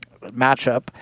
matchup